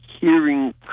hearing